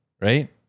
right